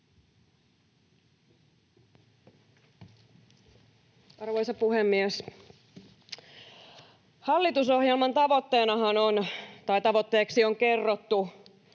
Arvoisa puhemies! Hallitusohjelman tavoitteeksi on kerrottu